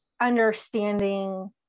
understanding